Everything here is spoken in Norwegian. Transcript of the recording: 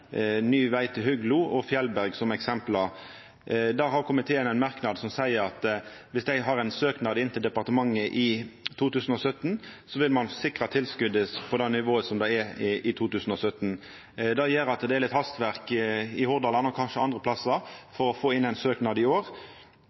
ny veg til Huglo og Fjellberg. Der har komiteen ein merknad som seier at viss dei har ein søknad inne til departementet i 2017, vil ein sikra tilskotet på det nivået som er i 2017. Det gjer at det er litt hastverk i Hordaland, og kanskje andre plassar òg, for å få inn ein søknad i år,